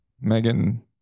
Megan